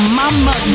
mama